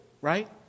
Right